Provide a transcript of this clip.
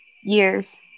years